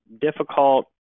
difficult